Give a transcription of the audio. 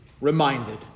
reminded